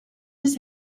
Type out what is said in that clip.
his